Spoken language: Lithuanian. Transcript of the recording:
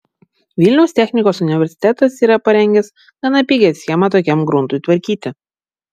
vilniaus technikos universitetas yra parengęs gana pigią schemą tokiam gruntui tvarkyti